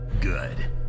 Good